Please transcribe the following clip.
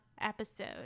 episode